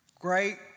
great